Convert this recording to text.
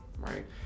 right